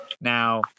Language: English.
now